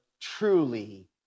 truly